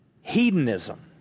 hedonism